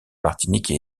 martinique